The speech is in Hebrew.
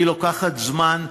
היא לוקחת זמן.